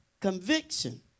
conviction